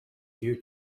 due